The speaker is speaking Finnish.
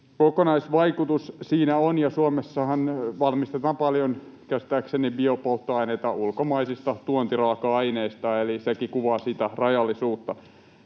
kokonaisvaikutus siinä on. Suomessahan valmistetaan käsittääkseni paljon biopolttoaineita ulkomaisista tuontiraaka-aineista, eli sekin kuvaa sitä rajallisuutta.